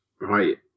right